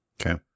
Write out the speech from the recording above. Okay